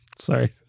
sorry